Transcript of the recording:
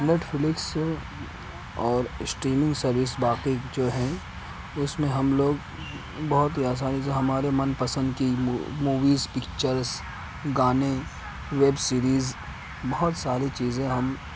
net flicks اور streaming service باقی جو ہیں اس میں ہم لوگ بہت ہی آسانی سے ہمارے من پسند کی موویز پکچرس گانے ویب سیریز بہت ساری چیزیں ہم